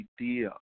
idea